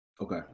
Okay